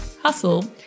hustle